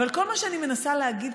אבל כל מה שאני מנסה להגיד,